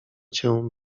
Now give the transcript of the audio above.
cię